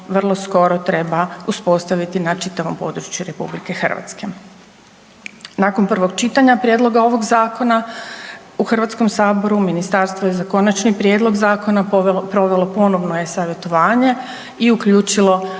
vrlo skoro treba uspostaviti na čitavom području RH. Nakon prvog čitanja prijedloga ovog zakona u HS ministarstvo je za konačni prijedlog zakona provelo ponovno e-savjetovanje i uključilo